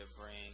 bring